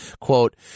quote